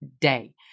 day